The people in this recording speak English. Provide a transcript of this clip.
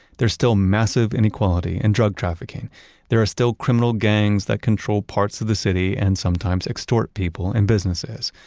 there's still massive inequality and drug trafficking there are still criminal gangs that control parts of the city and sometimes extort people and businesses.